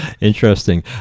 Interesting